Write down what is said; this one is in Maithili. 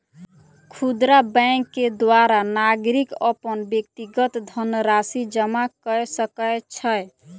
खुदरा बैंक के द्वारा नागरिक अपन व्यक्तिगत धनराशि जमा कय सकै छै